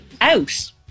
out